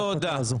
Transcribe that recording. תודה.